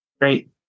great